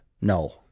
No